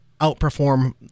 outperform